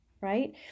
right